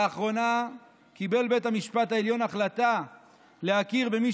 לאחרונה קיבל בית המשפט העליון החלטה להכיר גם במי